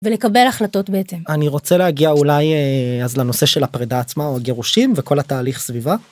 ולקבל החלטות בעצם. אני רוצה להגיע אולי אז לנושא של הפרידה עצמה או הגירושים וכל התהליך סביבה.